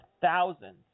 thousands